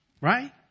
Right